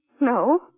No